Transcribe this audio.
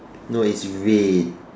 no it's red